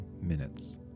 minutes